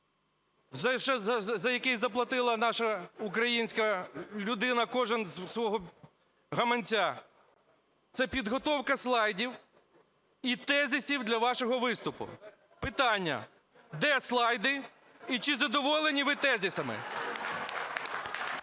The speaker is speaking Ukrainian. за який заплатила наша українська людина, кожен зі свого гаманця, це підготовка слайдів і тезисів для вашого виступу. Питання. Де слайди? І чи задоволені ви тезисами?